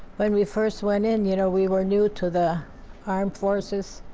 when we first went in, you know, we were new to the armed forces.